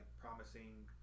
promising